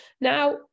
Now